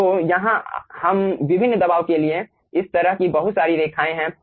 तो यहाँ हम विभिन्न दबाव के लिए इस तरह की बहुत सारी रेखाएं हैं